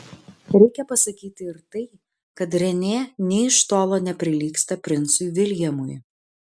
reikia pasakyti ir tai kad renė nė iš tolo neprilygsta princui viljamui